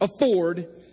afford